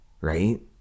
right